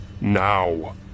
now